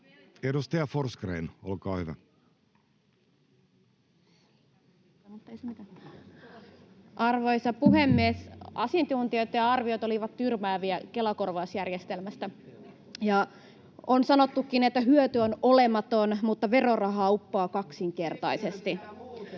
16:37 Content: Arvoisa puhemies! Asiantuntijoitten arviot olivat tyrmääviä Kela-korvausjärjestelmästä, ja on sanottukin, että hyöty on olematon mutta verorahaa uppoaa kaksinkertaisesti.